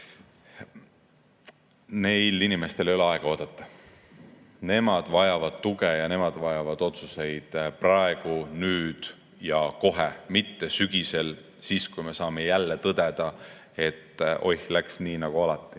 väga väikesed – ei ole aega oodata. Nemad vajavad tuge ja nemad vajavad otsuseid praegu, nüüd ja kohe, mitte sügisel, kui me saame jälle tõdeda, et oih, läks nii nagu alati.